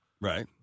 Right